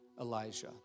Elijah